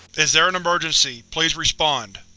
is there an emergency? please respond.